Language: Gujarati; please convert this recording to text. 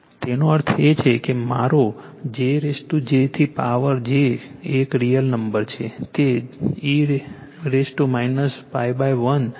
તેનો અર્થ એ છે કે મારો j j એક રિઅલ નંબર છે તે e π 1 છે